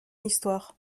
histoire